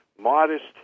modest